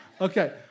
Okay